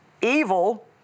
evil